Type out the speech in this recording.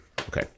Okay